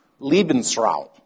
Lebensraum